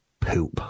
poop